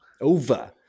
Over